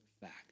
fact